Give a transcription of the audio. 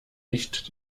nicht